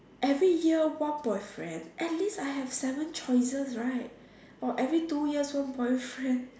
every year one boyfriend at least I have seven choices right or every two years one boyfriend